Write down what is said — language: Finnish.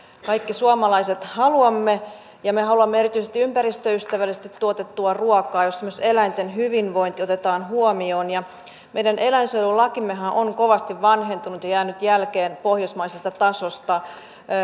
kaikki suomalaiset haluamme me haluamme erityisesti ympäristöystävällisesti tuotettua ruokaa jossa myös eläinten hyvinvointi otetaan huomioon meidän eläinsuojelulakimmehan on kovasti vanhentunut ja jäänyt jälkeen pohjoismaisesta tasosta